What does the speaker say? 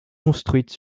construite